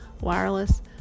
wireless